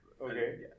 Okay